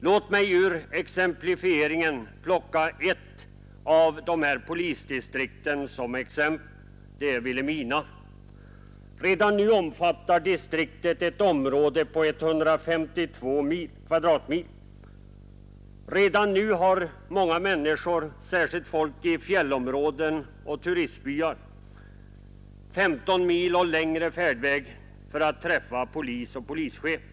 Låt mig ur exemplifieringen plocka ett av dessa polisdistrikt som exempel. Det är Vilhelmina. Redan nu omfattar distriktet ett område på 152 kvadratmil. Redan nu har många människor — särskilt folk i fjällområdenas turistbyar — 15 mil och längre färdväg när de vill träffa polis och polischef.